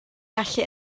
gallu